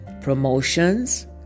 promotions